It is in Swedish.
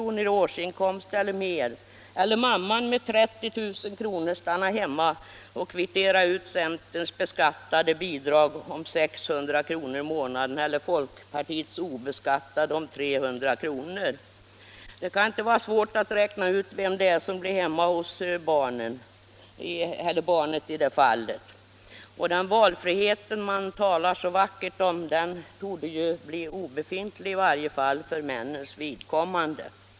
eller mer i årsinkomst eller mamman med 30 000 kr. i årsinkomst stanna hemma och kvittera ut centerns beskattade bidrag på 600 kr. i månaden eller folkpartiets obeskattade på 300 kr.? Det kan inte vara svårt att räkna ut vem som i det fallet blir hemma hos barnet. Den valfrihet man talar så varmt om torde bli obefintlig, i varje fall för männen.